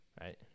right